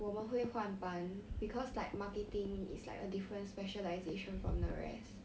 我们会换班 because like marketing is like a different specialisation from the rest